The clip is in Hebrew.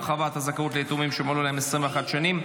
הרחבת הזכאות ליתומים שמלאו להם 21 שנים),